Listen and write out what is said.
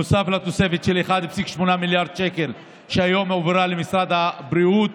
נוסף לתוספת של 1.8 מיליארד שקל שהיום הועברה למשרד הבריאות